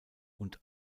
und